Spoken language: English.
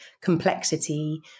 complexity